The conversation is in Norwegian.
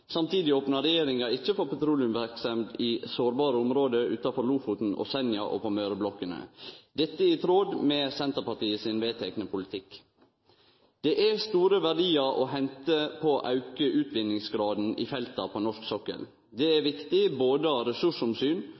Samtidig opnar regjeringa ikkje for petroleumsverksemd i sårbare område som utanfor Lofoten og Senja og på Møreblokkene. Dette er i tråd med Senterpartiet sin vedtekne politikk. Det er store verdiar å hente på å auke utvinningsgraden i felta på norsk sokkel. Dette er viktig både av ressursomsyn,